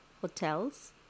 hotels